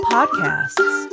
Podcasts